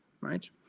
right